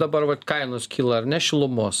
dabar vat kainos kyla ar ne šilumos